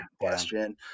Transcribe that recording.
question